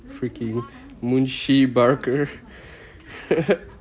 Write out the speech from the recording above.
freaking barker